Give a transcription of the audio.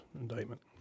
indictment